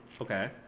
Okay